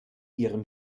ihrem